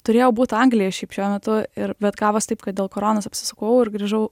turėjau būt anglijoj šiaip šiuo metu ir bet gavos taip kad dėl koronos apsisukau ir grįžau